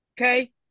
Okay